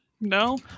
No